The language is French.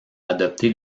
adopter